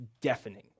deafening